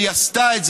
והיא עשתה את זה,